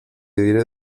diré